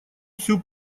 всю